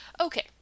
Okay